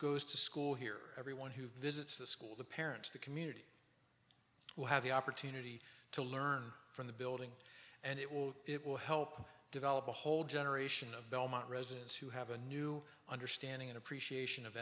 goes to school here everyone who visits the school the parents the community will have the opportunity to learn from the building and it will it will help develop a whole generation of belmont residents who have a new understanding and appreciation of